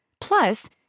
Plus